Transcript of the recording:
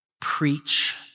preach